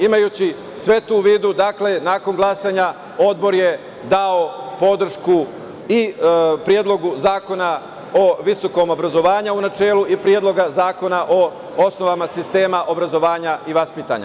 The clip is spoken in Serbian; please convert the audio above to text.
Imajući sve to u vidu, nakon glasanja, odbor je dao podršku i Predlogu zakona o visokom obrazovanju u načelu i Predlogu zakona o osnovama sistema obrazovanja i vaspitanja.